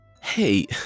hey